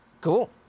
Cool